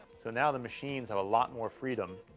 so now the machines have a lot more freedom.